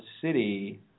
city